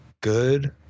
good